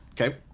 Okay